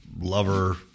lover